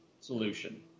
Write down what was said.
solution